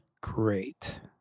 great